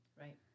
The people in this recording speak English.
Right